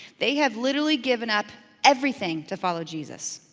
they have literally given up everything to follow jesus.